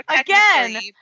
again